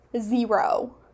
zero